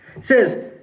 Says